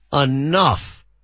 Enough